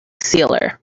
sealer